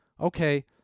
okay